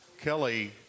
Kelly